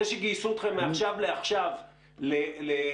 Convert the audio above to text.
זה שגייסו אתכם מעכשיו לעכשיו כשהתחילו